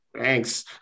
thanks